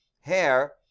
hair